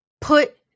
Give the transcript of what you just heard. put